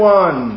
one